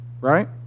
right